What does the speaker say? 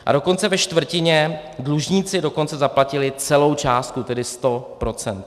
A dokonce ve čtvrtině dlužníci dokonce zaplatili celou částku, tedy 100 %.